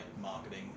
marketing